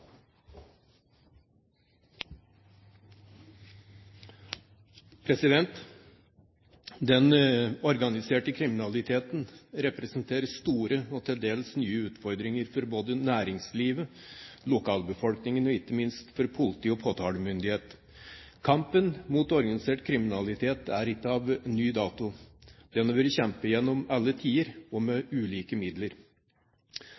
Den organiserte kriminaliteten representerer store og til dels nye utfordringer for næringslivet, lokalbefolkningen og ikke minst politi og påtalemyndighet. Kampen mot organisert kriminalitet er ikke av ny dato. Den har vært kjempet gjennom alle tider og